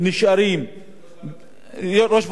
חשוב שתשמע שצריך להישאר במקום,